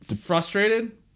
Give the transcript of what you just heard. frustrated